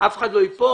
אף אחד לא ייפול,